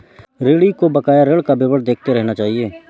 ऋणी को बकाया ऋण का विवरण देखते रहना चहिये